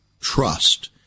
trust